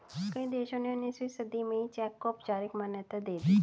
कई देशों ने उन्नीसवीं सदी में ही चेक को औपचारिक मान्यता दे दी